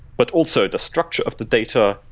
but also, the structure of the data,